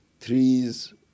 Trees